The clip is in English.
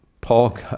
Paul